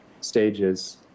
stages